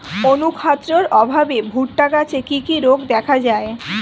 অনুখাদ্যের অভাবে ভুট্টা গাছে কি কি রোগ দেখা যায়?